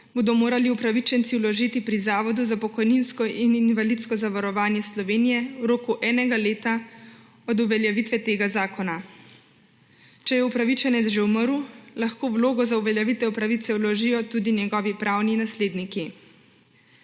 bodo morali upravičenci vložiti pri Zavodu za pokojninsko in invalidsko zavarovanje Slovenije v roku enega leta od uveljavitve tega zakona. Če je upravičenec že umrl, lahko vlogo za uveljavitev pravice vložijo tudi njegovi pravni nasledniki.